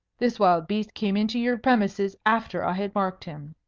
this wild beast came into your premises after i had marked him.